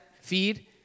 feed